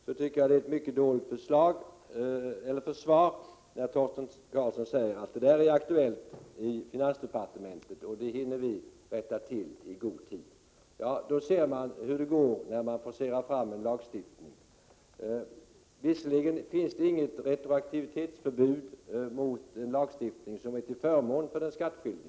Han säger att denna fråga är aktuell i finansdepartementet och att man hinner rätta till saken i god tid. Ja, så går det när man forcerar fram en lagstiftning. Visserligen finns det inget förbud mot retroaktiv lagstiftning som är till förmån för den skattskyldige.